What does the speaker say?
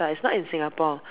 is not in Singapore